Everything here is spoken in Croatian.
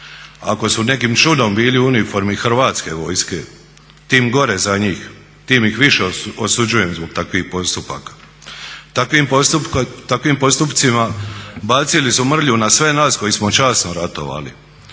Ako su nekim čudom bili u uniformi Hrvatske vojske tim gore za njih, tim ih više osuđujem zbog takvih postupaka. Takvim postupcima bacili su mrlju na sve nas koji smo časno ratovali.